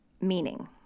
Meaning